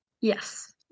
Yes